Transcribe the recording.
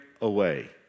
away